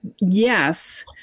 Yes